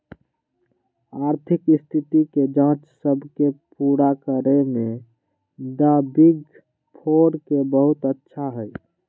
आर्थिक स्थिति के जांच सब के पूरा करे में द बिग फोर के बहुत अच्छा हई